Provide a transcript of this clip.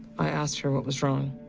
i asked her what was wrong.